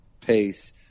pace